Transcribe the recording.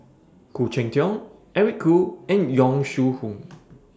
Khoo Cheng Tiong Eric Khoo and Yong Shu Hoong